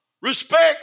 respect